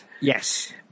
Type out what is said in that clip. Yes